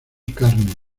carne